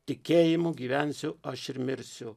tikėjimu gyvensiu aš ir mirsiu